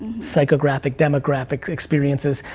psychographic, demographic, experiences,